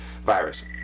Virus